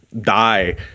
die